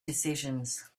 decisions